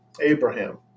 Abraham